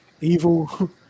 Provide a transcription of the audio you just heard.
evil